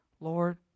Lord